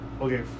okay